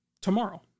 tomorrow